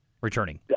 returning